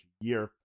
year